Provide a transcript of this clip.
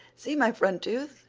see my front tooth.